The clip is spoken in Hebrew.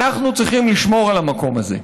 אנחנו צריכים לשמור על המקום הזה.